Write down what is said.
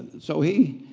so he